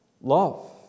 love